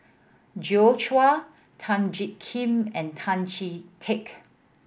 Joi Chua Tan Jiak Kim and Tan Chee Teck